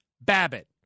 Babbitt